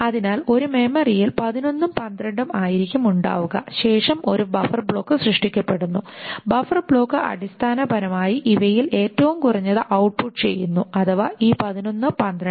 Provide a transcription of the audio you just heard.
അതിനാൽ ഒരു മെമ്മറിയിൽ 11 ഉം 12 ഉം ആയിരിക്കും ഉണ്ടാവുക ശേഷം ഒരു ബഫർ ബ്ലോക്ക് സൃഷ്ടിക്കപ്പെടുന്നു ബഫർ ബ്ലോക്ക് അടിസ്ഥാനപരമായി ഇവയിൽ ഏറ്റവും കുറഞ്ഞത് ഔട്ട്പുട്ട് ചെയ്യുന്നു അഥവാ ഈ 11 12